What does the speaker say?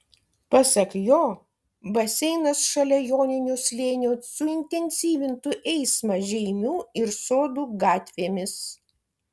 pasak jo baseinas šalia joninių slėnio suintensyvintų eismą žeimių ir sodų gatvėmis